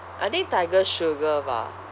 I think tiger sugar bah